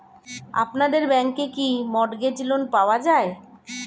আপনাদের ব্যাংকে কি মর্টগেজ লোন পাওয়া যায়?